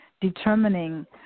determining